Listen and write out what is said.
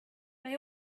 they